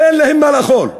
אין להם מה לאכול.